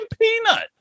peanut